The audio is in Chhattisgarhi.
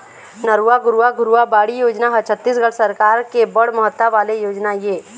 नरूवा, गरूवा, घुरूवा, बाड़ी योजना ह छत्तीसगढ़ सरकार के बड़ महत्ता वाले योजना ऐ